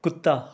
ਕੁੱਤਾ